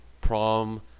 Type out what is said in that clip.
prom